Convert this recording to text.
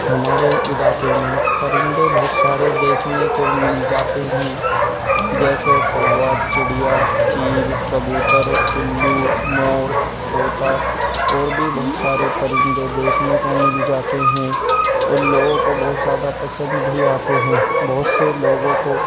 ہمارے علاقے میں پرندے بہت سارے دیکھنے کو مل جاتے ہیں جیسے کوا چڑیا چیل کبوتر الّو مور طوطا اور بھی بہت سارے پرندے دیکھنے کو مل جاتے ہیں اور لوگوں کو بہت زیادہ پسند بھی آتے ہیں بہت سے لوگوں کو